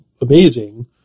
amazing